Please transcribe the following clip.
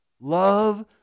love